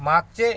मागचे